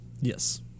Yes